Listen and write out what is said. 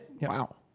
Wow